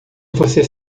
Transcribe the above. você